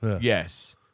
yes